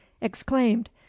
exclaimed